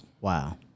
Wow